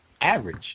average